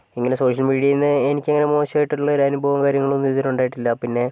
ഇങ്ങനെ സോഷ്യൽ മീഡിയേന്ന് എനിക്കങ്ങനെ മോശായിട്ടുള്ളൊരു അനുഭവവും കാര്യങ്ങളൊന്നും ഇതുവരെ ഉണ്ടായിട്ടില്ല പിന്നെ